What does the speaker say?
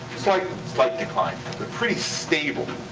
like slight decline, but pretty stable.